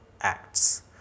acts